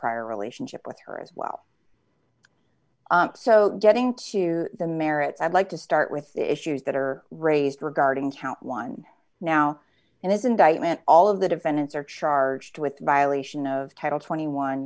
prior relationship with her as well so getting to the merits i'd like to start with issues that are raised regarding count one now in this indictment all of the defendants are charged with violation of title twenty one